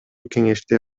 кеңеште